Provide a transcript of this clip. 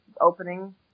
opening